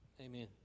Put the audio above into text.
Amen